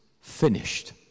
finished